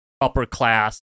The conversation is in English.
upper-class